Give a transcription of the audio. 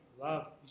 love